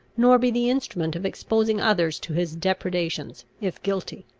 nor be the instrument of exposing others to his depredations, if guilty.